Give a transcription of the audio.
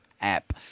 app